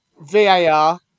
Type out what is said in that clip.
VAR